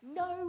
no